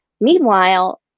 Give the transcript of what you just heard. Meanwhile